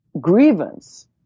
grievance